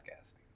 podcasting